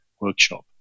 workshop